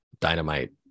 dynamite